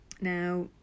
Now